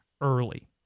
early